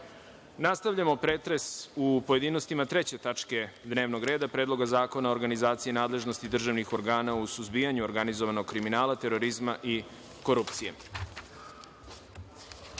Đurišić. Nastavljamo pretres u pojedinostima Treće tačke dnevnog reda Predloga zakona o organizaciji nadležnosti državnih organa u suzbijanju organizovanog kriminala, terorizma i korupcije. Na